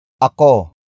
Ako